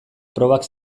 probak